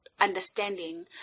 understanding